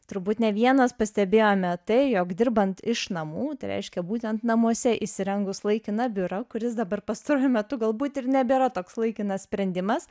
turbūt ne vienas pastebėjome tai jog dirbant iš namų tai reiškia būtent namuose įsirengus laikiną biurą kuris dabar pastaruoju metu galbūt ir nebėra toks laikinas sprendimas